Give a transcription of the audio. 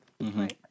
Right